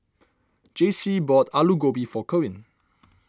Jaycee bought Alu Gobi for Kerwin